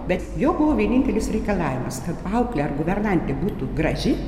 bet jo vienintelis reikalavimas kad auklė ar guvernantė būtų graži